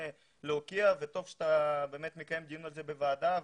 להוקיע וטוב שאתה מקיים דיון על כך בוועדה.